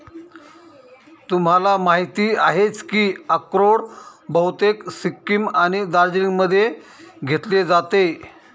तुम्हाला माहिती आहेच की अक्रोड बहुतेक सिक्कीम आणि दार्जिलिंगमध्ये घेतले जाते